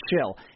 chill